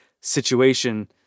situation